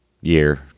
year